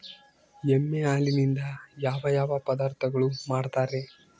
ಎಮ್ಮೆ ಹಾಲಿನಿಂದ ಯಾವ ಯಾವ ಪದಾರ್ಥಗಳು ಮಾಡ್ತಾರೆ?